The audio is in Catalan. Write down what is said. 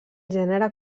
gènere